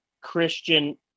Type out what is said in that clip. Christian